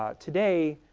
ah today,